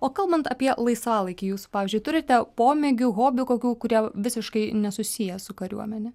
o kalbant apie laisvalaikį jūsų pavyzdžiui turite pomėgių hobių kokių kurie visiškai nesusiję su kariuomene